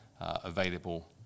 Available